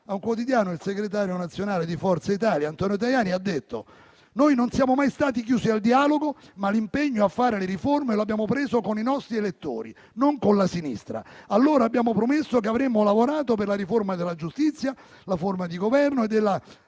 a un quotidiano, il segretario nazionale di Forza Italia, Antonio Tajani, ha detto che noi non siamo mai stati chiusi al dialogo, ma l'impegno a fare le riforme lo abbiamo preso con i nostri elettori, non con la sinistra. Allora abbiamo promesso che avremmo lavorato per la riforma della giustizia, della forma di Governo e